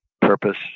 purpose